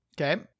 Okay